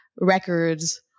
records